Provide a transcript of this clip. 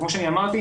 כמו שאני אמרתי,